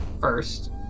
first